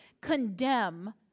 condemn